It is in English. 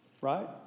right